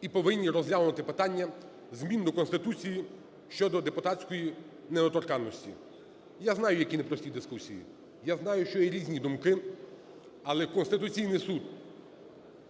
і повинні розглянути питання змін до Конституції щодо депутатської недоторканності. Я знаю, які непрості дискусії, я знаю, що є різні думки, але Конституційний Суд